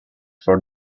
for